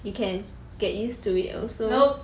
you can get used to it also